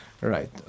Right